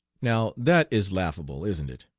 now that is laughable, isn't it?